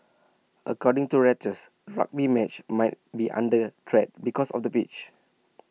according to Reuters rugby match might be under threat because of the pitch